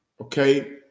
okay